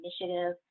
initiative